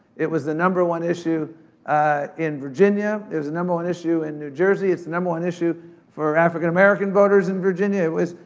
it was the number one issue in virginia. it was a number one issue in new jersey. it's the number one issue for african american voters in virginia, it was,